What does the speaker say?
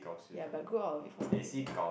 ya but good out of for some reason